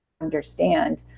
understand